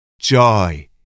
joy